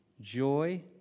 joy